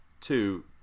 two